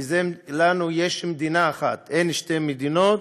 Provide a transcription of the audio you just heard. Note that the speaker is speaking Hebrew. כי לנו יש מדינה אחת, אין שתי מדינות.